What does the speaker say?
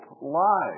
lies